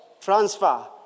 transfer